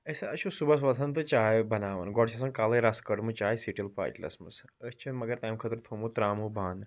أسۍ حظ چھِ صبحَس وۄتھان تہٕ چاے بَناوان گۄڈٕ چھِ آسان کَالَے رَس کٔڑمٕژ چاے سِٹیٖل پٔتلَس منٛز أسۍ چھِنہٕ مگر تَمہِ خٲطرٕ تھوٚمُت ترٛاموٗ بانہٕ